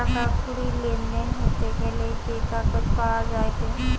টাকা কড়ির লেনদেন হতে গ্যালে যে কাগজ পাওয়া যায়েটে